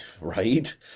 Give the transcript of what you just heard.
right